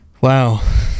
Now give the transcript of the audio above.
Wow